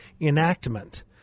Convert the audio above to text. enactment